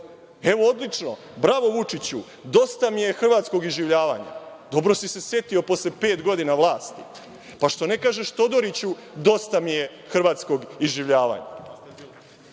trgovine? Odlično, bravo Vučiću – dosta mi je hrvatskog iživljavanja. Dobro si se setio posle pet godina vlasti. Što ne kažeš Todoriću – dosta mi je hrvatskog iživljavanja?